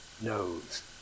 knows